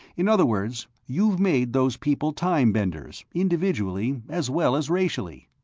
in other words, you've made those people time-binders, individually as well as racially.